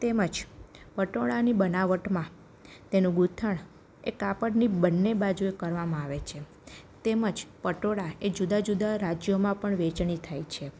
તેમજ પટોળાની બનાવટમાં તેનું ગૂંથણ એ કાપડની બન્ને બાજુએ કરવામાં આવે છે તેમજ પટોળા એ જુદાં જુદાં રાજ્યોમાં પણ વહેંચણી થાય છે